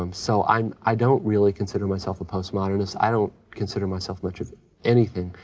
um so i'm, i don't really consider myself a post-modernist. i don't consider myself much of anything,